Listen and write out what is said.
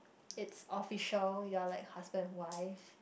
it's official you're like husband and wife